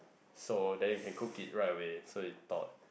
so then we can cook it right with so you thought